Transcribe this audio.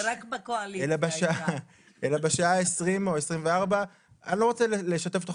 אלא בשעה ה-20 או 24. אני לא רוצה לשתף אותך